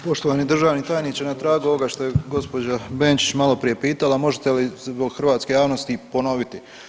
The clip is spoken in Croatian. Poštovani državni tajniče, na tragu ovoga što je gđa. Benčić maloprije pitala, možete li zbog hrvatske javnosti ponoviti.